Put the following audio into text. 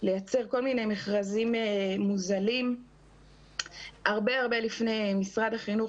לייצר כל מיני מכרזים מוזלים הרבה הרבה לפני משרד החינוך